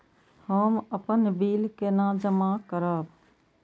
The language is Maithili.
हम अपन बिल केना जमा करब?